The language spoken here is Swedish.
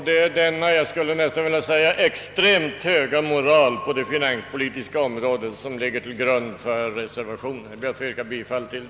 Det är denna, jag skulle nästan vilja säga extremt höga moral på det finanspolitiska området som ligger bakom reservationen, till vilken jag ber att få yrka bifall.